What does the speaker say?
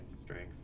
strength